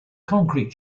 concrete